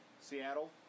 Seattle